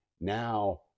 now